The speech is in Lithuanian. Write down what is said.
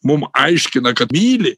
mum aiškina kad myli